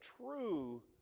true